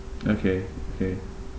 okay okay